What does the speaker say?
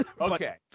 Okay